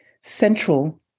central